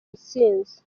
intsinzi